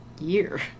year